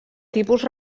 tipus